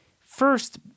First